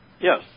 Yes